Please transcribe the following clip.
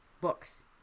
books